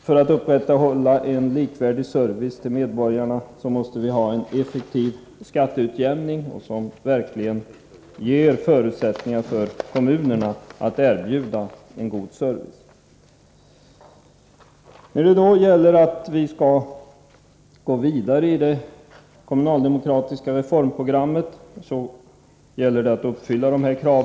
För att upprätthålla en likvärdig service åt medborgarna måste vi ha en effektiv skatteutjämning, som verkligen ger kommunerna förutsättningar att erbjuda en god service. I det fortsatta arbetet på kommunaldemokratiska reformer gäller det att uppfylla våra krav.